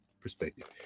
perspective